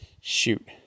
shoot